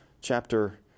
chapter